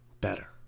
better